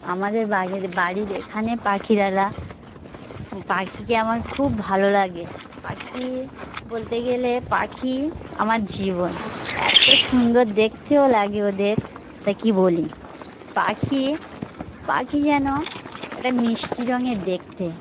আমাদের বাগের বাড়ির এখানে পাখিরালয় পাখিকে আমার খুব ভালো লাগে পাখি বলতে গেলে পাখি আমার জীবন এত সুন্দর দেখতেও লাগে ওদের তা কি বলি পাখি পাখি যেন একটা মিষ্টি রঙের দেখতে